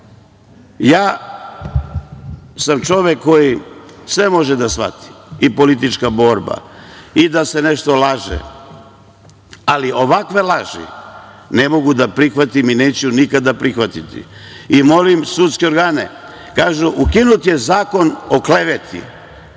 sam čovek koji sve može da shvati, i politička borba, i da se nešto laže, ali ovakve laži ne mogu da prihvatim i neću nikada prihvatiti. Molim sudske organe, kažu – ukinut je zakon o kleveti.